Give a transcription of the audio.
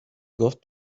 got